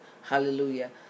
Hallelujah